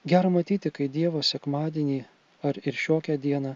gera matyti kai dievas sekmadienį ar ir šiokią dieną